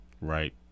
Right